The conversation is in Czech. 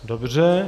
Dobře.